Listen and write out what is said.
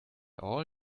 all